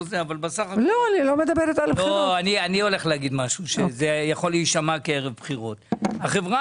אני אומר משהו שזה יכול להישמע כערב בחירות החברה